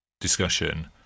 discussion